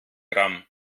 gramm